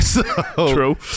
true